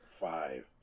five